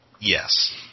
Yes